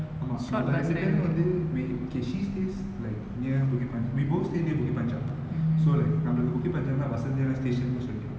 ஆமா:aama so அந்த ரெண்டுபேரும் வந்து:antha renduperum vanthu wait okay she stays like near bukit panjang we both stay near bukit panjang so like நம்மளுக்கு:nammaluku bukit panjang தா வசதியான:thaa vasathiyaana station க்கு சொல்லிட்டன்:ku sollitan